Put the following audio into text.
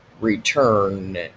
return